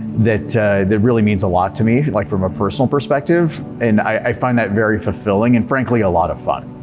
that that really means a lot to me like from a personal perspective and i find that very fulfilling and frankly a lot of fun.